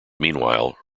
meanwhile